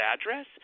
address